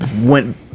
went